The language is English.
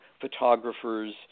photographers